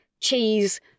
cheese